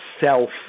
self